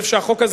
החוק הזה